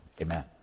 Amen